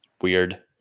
weird